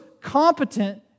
competent